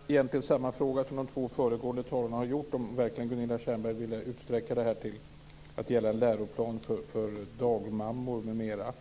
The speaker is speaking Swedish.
Fru talman! Jag tänkte egentligen ställa samma fråga som de två föregående talarna har gjort. Jag undrade om Gunilla Tjernberg verkligen ville utsträcka läroplanen till att gälla för dagmammor m.m.